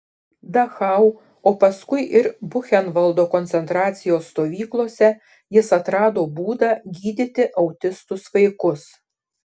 dachau o paskui ir buchenvaldo koncentracijos stovyklose jis atrado būdą gydyti autistus vaikus